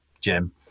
Jim